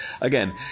Again